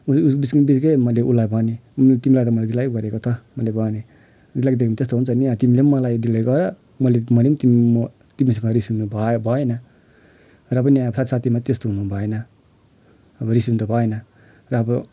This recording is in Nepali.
बिच्किनु त बिच्कियो मैले उसलाई भनेँ तिमीलाई त मैले दिल्लगी गरेको त मैले भनेँ दिल्लगी देख्यो त्यस्तो हुन्छ नि अब तिमीले नि मलाई दिल्लगी गर मैले पनि तिमीसँग रिसिनु भएन र पनि अब साथी साथीमा त्यस्तो हुनु भएन अब रिसिनु त भएन र अब